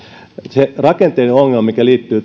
se rakenteellinen ongelma mikä liittyy